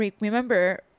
remember